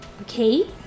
okay